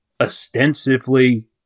ostensibly